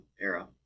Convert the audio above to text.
era